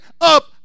up